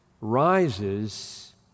rises